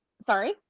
Sorry